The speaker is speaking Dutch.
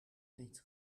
niet